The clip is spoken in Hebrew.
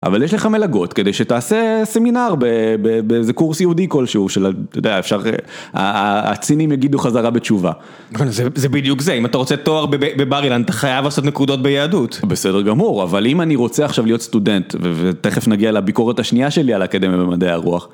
אבל יש לך מלאגות כדי שתעשה סמינר באיזה קורס יעודי כלשהו של, אתה יודע, אפשר, הצינים יגידו חזרה בתשובה. זה בדיוק זה, אם אתה רוצה תואר בבר אילן, אתה חייב לעשות נקודות ביהדות. בסדר גמור, אבל אם אני רוצה עכשיו להיות סטודנט, ותכף נגיע לביקורת השנייה שלי על האקדמיה במדעי הרוח.